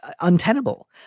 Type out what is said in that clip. untenable